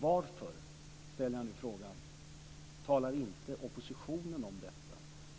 Varför talar inte oppositionen om detta?